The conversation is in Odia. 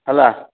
ହେଲା